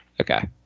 Okay